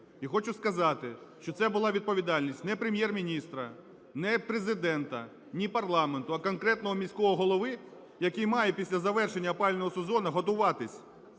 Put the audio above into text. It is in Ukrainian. І хочу сказати, що це була відповідальність ні Прем'єр-міністра, ні Президента, ні парламенту, а конкретного міського голови, який має після завершення опалювального сезону готуватись